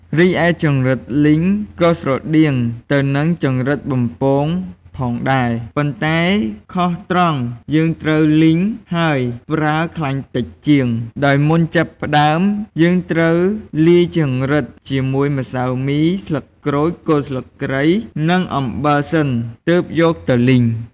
រីឯចង្រិតលីងក៏ស្រដៀងទៅនឹងចង្រិតបំពងផងដែរ ប៉ុន្តែខុសត្រង់ យើងត្រូវលីង ហើយប្រើខ្លាញ់តិចជាង ដោយមុនចាប់ផ្ដើម យើងត្រូវលាយចង្រិតជាមួយម្សៅមី ស្លឹកក្រូច គល់ស្លឹកគ្រៃនិងអំបិលសិន ទើបយកទៅលីង។